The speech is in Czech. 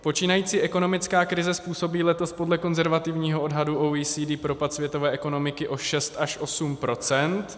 Počínající ekonomická krize způsobí letos podle konzervativního odhadu OECD propad světové ekonomiky o 6 až 8 %.